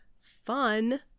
fun